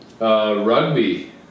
Rugby